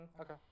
Okay